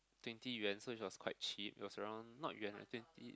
twenty yuan so it was cheap it was around not yuan liek twenty